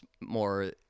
more